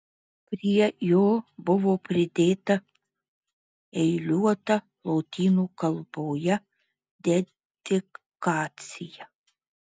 prie jo buvo pridėta eiliuota lotynų kalboje dedikacija